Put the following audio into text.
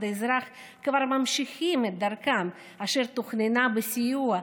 אזרח שכבר ממשיכים את דרכם אשר תוכננה בסיוע,